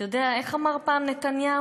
אתה יודע, איך אמר פעם נתניהו?